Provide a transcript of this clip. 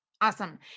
Awesome